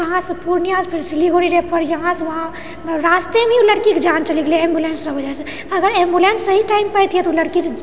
कहाँसे पूर्णियासे फिर सिलीगुड़ी रेफर इहाँसे उहाँरास्तेमे हीओ लड़कीके जान चलि गेलै एम्बुलेन्सके वजहसँ अगर एम्बुलेन्स सही टाइम पर आइतिऐ तऽ ओ लड़की